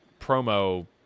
promo